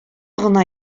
гына